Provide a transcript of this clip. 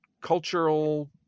cultural